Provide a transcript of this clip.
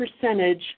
percentage